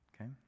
okay